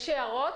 יש הערות?